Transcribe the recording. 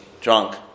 drunk